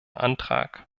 antrag